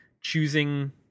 choosing